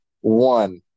one